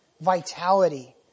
vitality